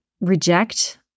reject